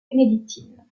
bénédictine